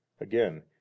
Again